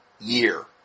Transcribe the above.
year